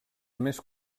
més